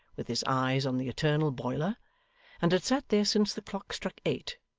with his eyes on the eternal boiler and had sat there since the clock struck eight,